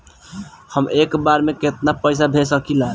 हम एक बार में केतना पैसा भेज सकिला?